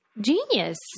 genius